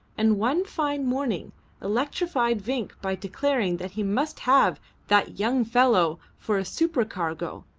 and one fine morning electrified vinck by declaring that he must have that young fellow for a supercargo.